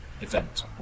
event